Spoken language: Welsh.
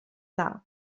dda